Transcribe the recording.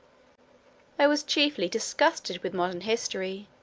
i was chiefly disgusted with modern history.